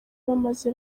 bamaze